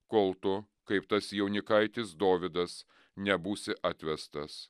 kol tu kaip tas jaunikaitis dovydas nebūsi atvestas